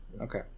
Okay